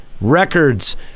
records